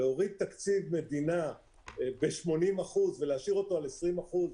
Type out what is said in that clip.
להוריד תקציב מדינה ב-80 אחוזים ולהשאיר אותו על 20 אחוזים,